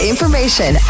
information